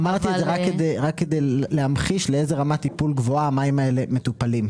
אמרתי את זה רק כדי להמחיש לאיזו רמת טיפול גבוהה המים האלה מטופלים.